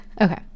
Okay